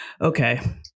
Okay